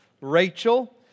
Rachel